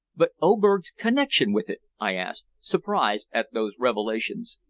but oberg's connection with it? i asked, surprised at those revelations.